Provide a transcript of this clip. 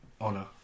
Honor